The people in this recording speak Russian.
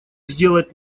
сделать